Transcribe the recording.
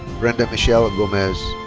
brenda michelle gomez.